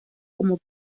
como